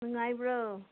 ꯅꯨꯡꯉꯥꯏꯕ꯭ꯔꯣ